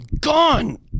gone